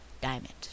Diamond